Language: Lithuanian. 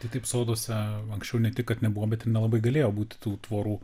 tai taip soduose anksčiau ne tik kad nebuvo bet ir nelabai galėjo būti tų tvorų